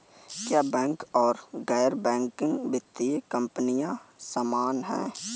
क्या बैंक और गैर बैंकिंग वित्तीय कंपनियां समान हैं?